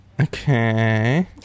okay